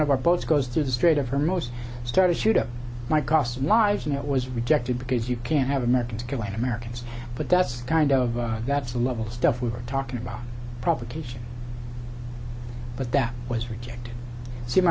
of our boats goes through the strait of her most start to shoot up my cost lives and it was rejected because you can't have americans killing americans but that's kind of that's the level stuff we were talking about provocation but that was rejected se